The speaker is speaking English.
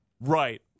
Right